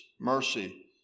mercy